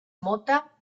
mota